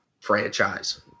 franchise